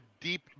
deep